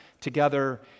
together